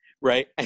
right